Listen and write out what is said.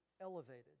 elevated